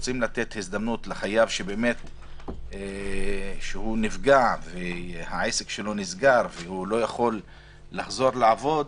רוצים לתת הזדמנות לחייב שנפגע והעסק שלו נסגר ולא יכול לחזור לעבוד,